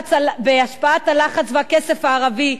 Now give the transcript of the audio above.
בהשפעת הלחץ והכסף הערבי,